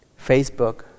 Facebook